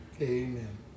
Amen